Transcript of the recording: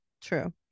true